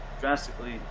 drastically